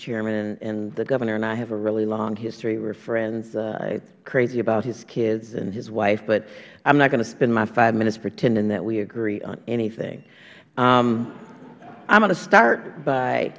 chairman the governor and i have a really long history we are friends i am crazy about his kids and his wife but i am not going to spend my five minutes pretending that we agree on anything i am going to start by